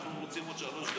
אנחנו רוצים עוד שלוש דקות,